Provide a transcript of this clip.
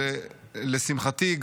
ולשמחתי,